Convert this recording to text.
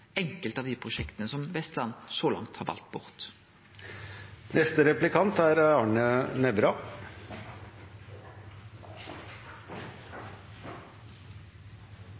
enkelte av dei prosjekta som Vestland så langt har valt bort.